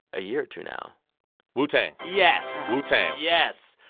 a year or two now wu-tang yes wu-tang yes.